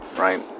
Right